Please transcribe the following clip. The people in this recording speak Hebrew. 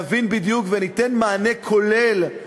נבין בדיוק וניתן מענה כולל,